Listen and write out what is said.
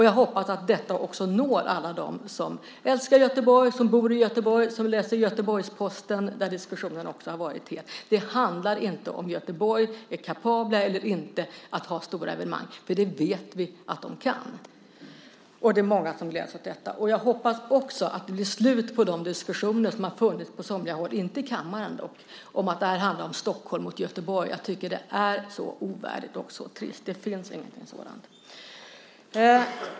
Jag hoppas att detta också når alla dem som älskar Göteborg, som bor i Göteborg och alla som läser Göteborgs-Posten där diskussionen också har varit het. Det handlar inte om frågan om Göteborg är kapabelt eller inte att ha stora evenemang. Det vet vi att man kan. Det är många som gläds åt detta. Jag hoppas också att det blir slut på de diskussioner som har funnits på somliga håll - inte i kammaren - om att det här handlar om Stockholm mot Göteborg. Jag tycker att det är så ovärdigt och så trist. Det finns ingenting sådant.